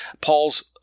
Paul's